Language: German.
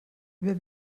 wer